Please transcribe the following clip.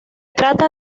trata